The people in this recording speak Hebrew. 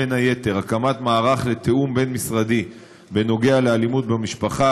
בין היתר: הקמת מערך לתיאום בין-משרדי בנוגע לאלימות במשפחה,